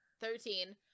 Thirteen